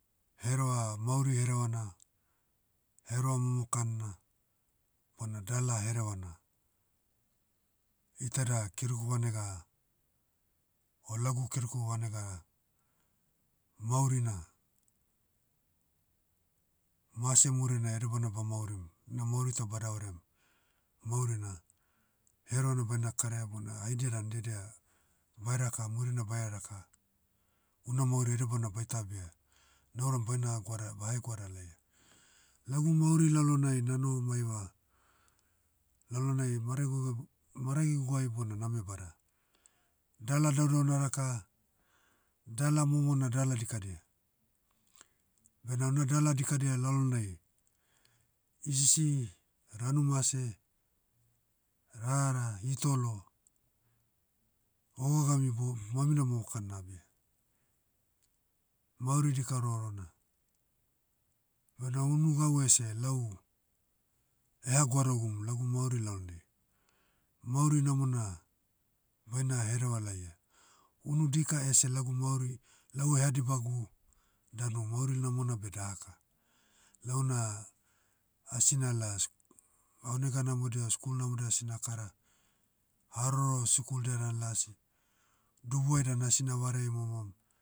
Hereva mauri herevana, hereva momokan na, bona dala herevana. Iteda kerugu vanega, o lagu keruku vanegana, maurina, mase murinai edebana ba maurim, na mourita badavariam, maurina, herevana baina karaia bona haidia dan diedia, vaira ka murina bae raka, una mauri edebana baita abia, nauram baina hagoada- bahegoada laia. Lagu mauri lalonai nanoho maiva, lalonai mareguge- maragiguai bona name bada, dala daudau naraka, dala momo na dala dikadia. Bena una dala dikadia lalonai, hisisi, ranu mase, rara hitolo, ogogami bo- mamina mokan na abia. Mauri dika rohorona. Bena unu gau ese lau, eha goadagum lagu mauri lalonai. Mauri namona, baina hereva laia. Unu dika ese lagu mauri, lau eha dibagu, danu mauri namona beh dahaka. Launa, asi nala s- aonega namodia skul namodia asina kara, haroro sikuldia dan lasi, dubuai dan asina vareai momom.